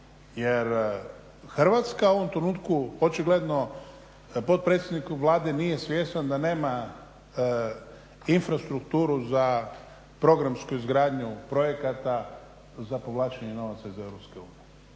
jer Hrvatska u ovom trenutku očigledno, potpredsjednik Vlade nije svjestan da nema infrastrukturu za programsku izgradnju projekata za povlačenje novaca iz